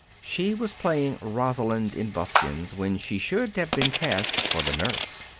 she was playing rosalind in buskins when she should have been cast for the nurse.